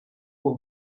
for